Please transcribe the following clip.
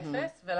שוב,